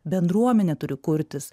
bendruomenė turi kurtis